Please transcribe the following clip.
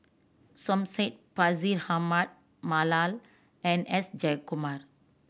Som Said Bashir Ahmad Mallal and S Jayakumar